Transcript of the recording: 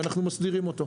ואנחנו מסדירים אותו.